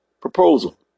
Proposal